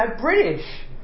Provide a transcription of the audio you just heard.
British